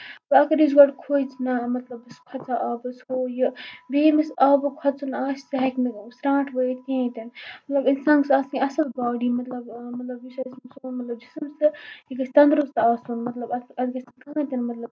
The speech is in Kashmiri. اکھ أکِس گۄڈٕ کھۄژنا مطلب بہٕ چھَس کھۄژَان آبَس ہُہ یہِ بیٚیہِ ییٚمِس آبُک کھۄژُن آسہِ سُہ ہیٚکہِ نہٕ سرانٹھ وٲیِتھ کِہینۍ تہِ مطلب اِنسان گوٚژھ آسُن اَصٕل پٲٹھۍ مطلب مطلب یُس أسۍ یہِ سون جسم چھُ یہِ گژھِ تَندرُست آسُن مطلب اَتھ گژھِ نہٕ کٔہینۍ تہِ مطلب